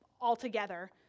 altogether